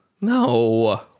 No